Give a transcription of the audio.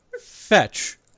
Fetch